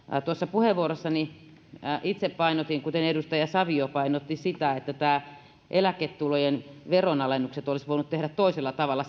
puheenvuorossani itse painotin kuten edustaja savio painotti että eläketulojen veronalennukset olisi voinut tehdä toisella tavalla